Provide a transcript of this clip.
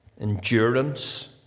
endurance